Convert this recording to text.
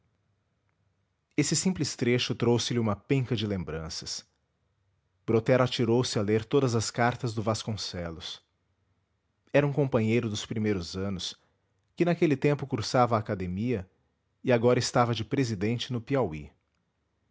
esse simples trecho trouxe-lhe uma penca de lembranças brotero atirou-se a ler todas as cartas do vasconcelos era um companheiro dos primeiros anos que naquele tempo cursava a academia e agora estava de presidente no piauí